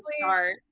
start